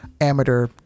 amateur